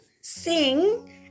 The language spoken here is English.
sing